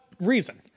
reason